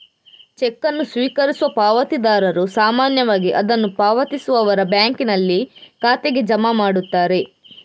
check ಅನ್ನು ಸ್ವೀಕರಿಸುವ ಪಾವತಿದಾರರು ಸಾಮಾನ್ಯವಾಗಿ ಅದನ್ನು ಪಾವತಿಸುವವರ ಬ್ಯಾಂಕಿನಲ್ಲಿ ಖಾತೆಗೆ ಜಮಾ ಮಾಡುತ್ತಾರೆ